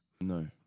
no